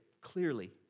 clearly